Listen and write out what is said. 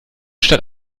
statt